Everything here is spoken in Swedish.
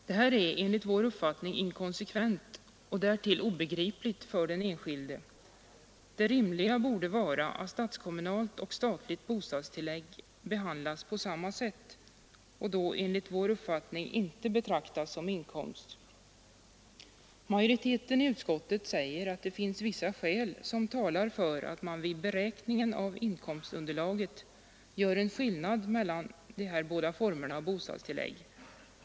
Detta är enligt vår uppfattning inkonsekvent och därtill obegripligt för den enskilde. Det rimliga borde-vara att statskommunalt och statligt bostadstillägg behandlas på samma sätt och då enligt vår uppfattning inte betraktas som inkomst. Majoriteten i utskottet säger att det finns vissa skäl som talar för att man vid beräkning av inkomstunderlaget gör en skillnad mellan de båda formerna av bostadstillägg.